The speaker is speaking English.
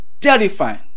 terrifying